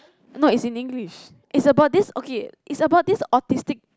no it's in english it's about this okay it's about this autistic